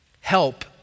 help